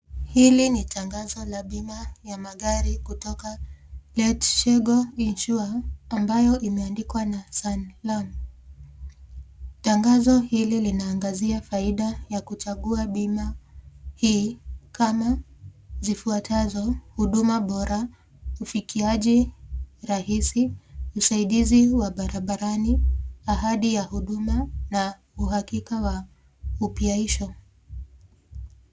Hili ni tangazo la bima ya magari kutoka Letgo insurer ambayo imeandikwa na Sanlam. Tangazo hili linaangazia faida ya kuchagua bima hii kama zifuatazo. Huduma bora, ufikiaji rahisi, msaidizi wa barabarani, ahadi ya huduma na uhakika wa upyaisho.